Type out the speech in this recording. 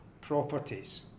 properties